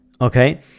Okay